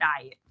diet